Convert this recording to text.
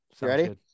Ready